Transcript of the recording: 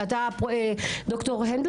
כמה סיבוכים היו?